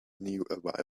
new